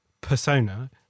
persona